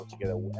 together